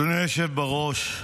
אדוני היושב בראש,